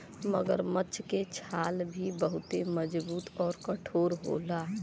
मगरमच्छ के छाल भी बहुते मजबूत आउर कठोर होला